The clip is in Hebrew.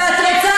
ואת רוצה,